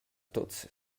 tuts